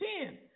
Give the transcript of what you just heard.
Ten